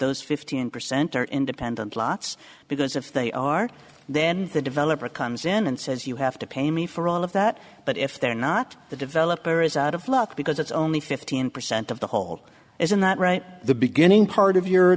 those fifteen percent are independent lots because if they are then the developer comes in and says you have to pay me for all of that but if they're not the developer is out of luck because it's only fifteen percent of the whole isn't that right the beginning part of your